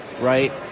right